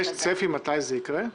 יש צפי מתי זה יקרה?